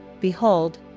behold